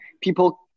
People